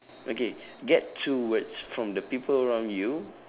okay get two words from the people around you